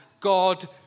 God